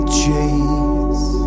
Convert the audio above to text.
chase